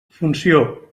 funció